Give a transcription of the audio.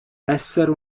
essere